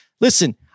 Listen